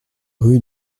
rue